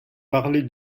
parler